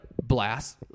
blast